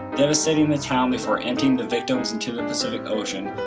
there were city midtown is where anting to take turns into the pacific ocean.